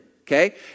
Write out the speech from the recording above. okay